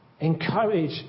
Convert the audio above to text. encourage